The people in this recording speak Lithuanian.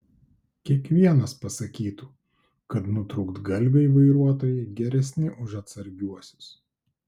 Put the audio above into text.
kiekvienas pasakytų kad nutrūktgalviai vairuotojai geresni už atsargiuosius